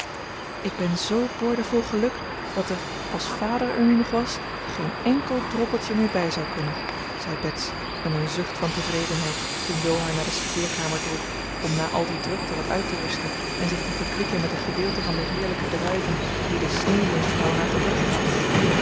ik ben zoo boordevol geluk dat er als vader er nu nog was geen enkel droppeltje meer bij zou kunnen zei bets met een zucht van tevredenheid toen jo haar naar de studeerkamer droeg om na al die drukte wat uit te rusten en zich te verkwikken met een gedeelte van de heerlijke druiven die de sneeuwjonkvrouw haar gebracht had